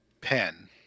pen